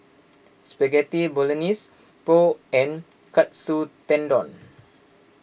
Spaghetti Bolognese Pho and Katsu Tendon